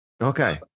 okay